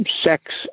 sex